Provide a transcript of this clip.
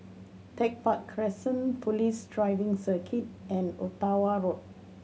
Tech Park Crescent Police Driving Circuit and Ottawa Road